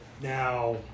now